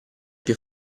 più